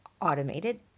automated